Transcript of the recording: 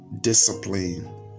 discipline